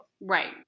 Right